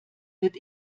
wird